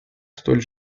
столь